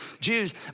Jews